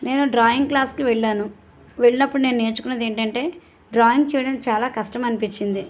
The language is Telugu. నేను డ్రాయింగ్ క్లాస్కి వెళ్ళాను వెళ్ళినప్పుడు నేను నేర్చుకున్నది ఏంటంటే డ్రాయింగ్ చేయడం చాలా కష్టం అనిపించింది